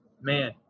man